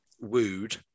Wooed